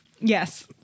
Yes